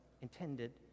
intended